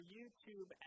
YouTube